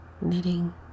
Knitting